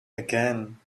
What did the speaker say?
again